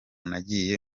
nagiye